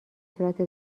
صورت